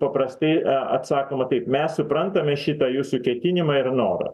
paprastai a atsakoma taip mes suprantame šitą jūsų ketinimą ir norą